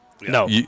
No